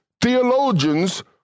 theologians